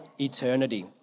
eternity